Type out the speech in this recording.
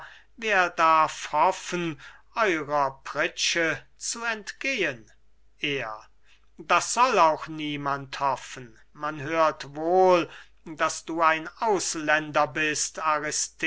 wer darf hoffen eurer pritsche zu entgehen er das soll auch niemand hoffen man hört wohl daß du ein ausländer bist